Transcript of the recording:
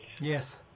yes